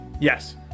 Yes